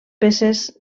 peces